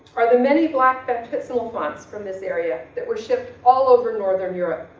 are the many black baptismal founts from this area that were shipped all over northern europe.